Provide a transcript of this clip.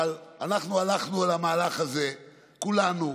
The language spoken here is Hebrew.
אבל אנחנו הלכנו על המהלך הזה כולנו,